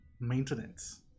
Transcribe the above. maintenance